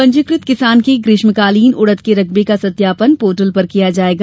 पंजीकृत किसान के ग्रीष्मकालीन उड़द के रकबे का सत्यापन पोर्टल पर किया जायेगा